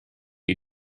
you